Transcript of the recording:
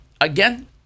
again